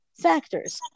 factors